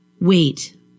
Wait